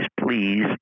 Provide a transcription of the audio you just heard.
please